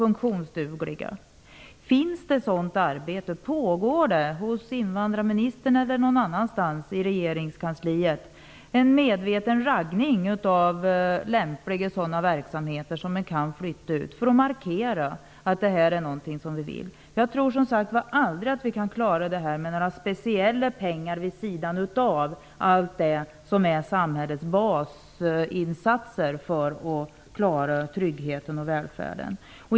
Pågår det ett sådant arbete hos invandrarministern eller någon annanstans i regeringskansliet? Pågår det en medveten raggning av lämpliga verksamheter som skulle kunna flyttas ut för att markera att detta är något som vi vill? Jag tror aldrig att vi kan klara detta med speciella pengar vid sidan av allt det som är samhällets basinsatser för att klara tryggheten och välfärden.